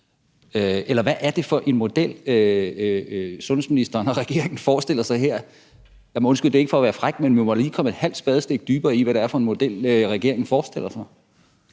Eller hvad er det for en model, sundhedsministeren og regeringen forestiller sig her? Undskyld, det er ikke for at være fræk, men vi må lige komme et halvt spadestik dybere ned i, hvad det er for en model, regeringen forestiller sig.